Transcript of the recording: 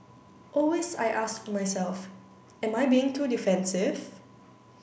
always I ask myself am I being too defensive